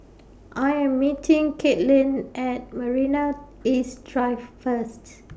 I Am meeting Kaitlynn At Marina East Drive First